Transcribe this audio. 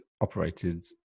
operated